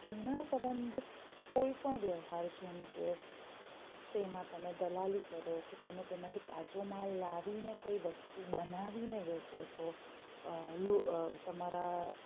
તેના સંબંધિત કોઈ પણ વ્યવહાર જેમ કે તેમાં તમે દલાલી કરો કે તમે તેમાંથી કાચો માલ લાવીને કંઈ વસ્તુ બનાવીને વેચો છો હલુ તમારા